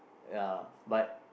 ya but